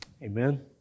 Amen